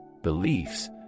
beliefs